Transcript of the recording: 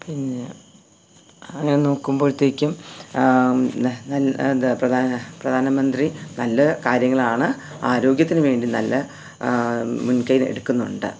പിന്നെ നോക്കുമ്പോഴത്തേക്കും ന്ത നൽ എന്താ പ്രധാന പ്രധാനമന്ത്രി നല്ല കാര്യങ്ങളാണ് ആരോഗ്യത്തിനു വേണ്ടി നല്ല മുൻകൈ എടുക്കുന്നുണ്ട്